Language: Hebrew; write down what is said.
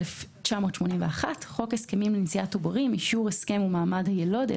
התשמ"א-1981 ; (ח)חוק הסכמים לנשיאת עוברים (אישור הסכם ומעמד היילוד),